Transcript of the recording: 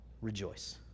rejoice